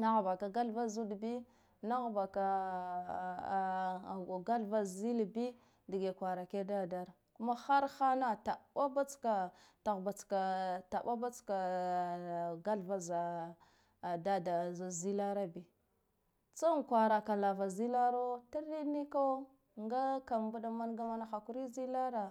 nah baka ga thva zil bi, dge kwarake dadara kuma har hana taɓa ba tska tahba tska taɓa tska gathva dada zilarabi, tsan kwaraka lava zilaro triɗ nika ngaka niɓda manga mana hakuri zilara.